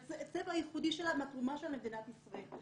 מהצבע הייחודי שלה, מהתרומה שלה למדינת ישראל.